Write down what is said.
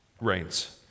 rains